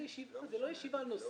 אבל זאת לא ישיבה על נושא.